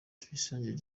tuyisenge